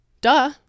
duh